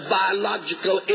biological